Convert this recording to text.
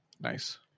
Nice